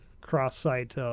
cross-site